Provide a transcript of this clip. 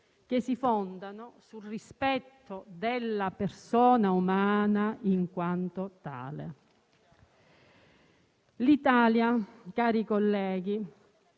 che si fondano sul rispetto della persona umana in quanto tale. Cari colleghi,